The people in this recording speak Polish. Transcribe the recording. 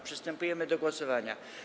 Przystępujemy do głosowania.